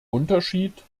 unterschied